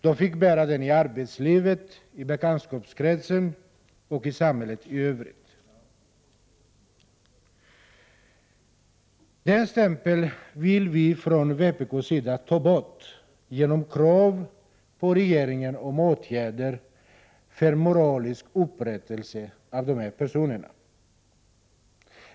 De fick bära den i arbetslivet, i bekantskapskretsen och i samhället i övrigt. Från vpk:s sida vill vi ta bort denna stämpel genom vårt krav på att regeringen skall vidta åtgärder för moralisk upprättelse av dessa personer.